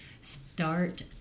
start